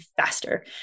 faster